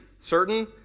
certain